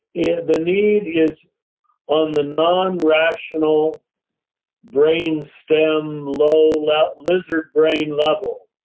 yeah the need is on the non-rational brain stem, low low lizard brain level,